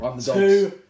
Two